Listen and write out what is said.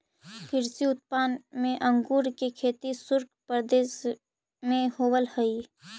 कृषि उत्पाद में अंगूर के खेती शुष्क प्रदेश में होवऽ हइ